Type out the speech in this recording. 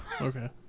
Okay